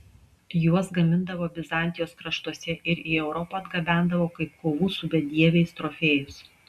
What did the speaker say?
juos gamindavo bizantijos kraštuose ir į europą atgabendavo kaip kovų su bedieviais trofėjus